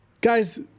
Guys